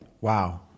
Wow